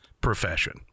profession